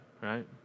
right